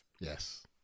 Yes